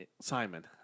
Simon